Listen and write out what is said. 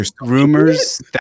rumors